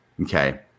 okay